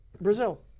Brazil